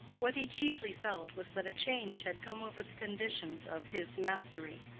what he chiefly felt was that a change had come over the conditions of his mastery,